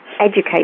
educate